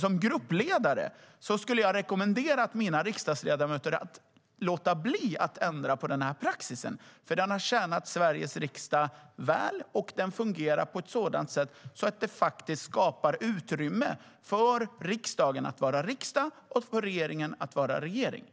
Som gruppledare skulle jag ha rekommenderat mina riksdagsledamöter att låta bli att ändra på den här praxisen, för den har tjänat Sveriges riksdag väl, och den fungerar på ett sådant sätt att det faktiskt skapar utrymme för riksdagen att vara riksdag och för regeringen att vara regering.